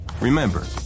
Remember